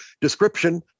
Description